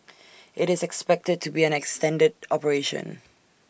IT is expected to be an extended operation